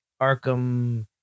Arkham